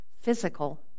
physical